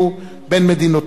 בין מדינותינו,